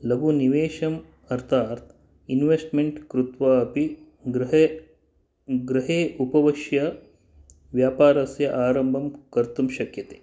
लघुनिवेशम् अर्थात् इन्वेस्ट्मेण्ट् कृत्वा अपि गृहे गृहे उपविश्य व्यापारस्य आरम्भं कर्तुं शक्यते